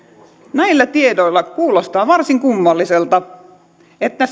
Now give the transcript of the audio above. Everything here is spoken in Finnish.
näillä tiedoilla kuulostaa varsin kummalliselta että